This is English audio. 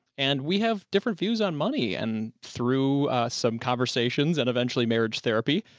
and we have different views on money and through some conversations and eventually marriage therapy,